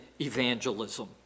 evangelism